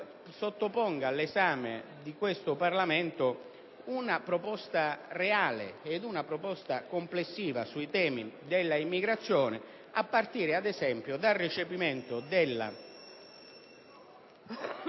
sottoponga all'esame del Parlamento una proposta reale e complessiva sui temi dell'immigrazione a partire, ad esempio, dal recepimento della